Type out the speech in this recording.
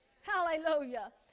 Hallelujah